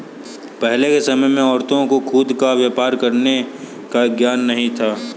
पहले के समय में औरतों को खुद का व्यापार शुरू करने का ज्ञान ही नहीं था